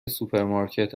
سوپرمارکت